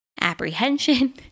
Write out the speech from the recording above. apprehension